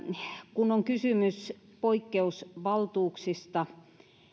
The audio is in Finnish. kun on kysymys poikkeusvaltuuksista